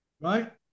Right